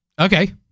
Okay